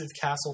castle